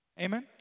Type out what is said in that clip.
Amen